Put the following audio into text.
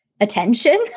attention